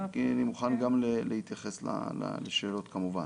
ואני מוכן להתייחס גם לשאלות כמובן.